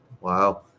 Wow